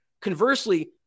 Conversely